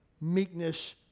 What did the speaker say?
Meekness